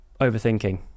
overthinking